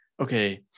okay